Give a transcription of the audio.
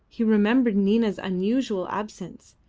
he remembered nina's unusual absence,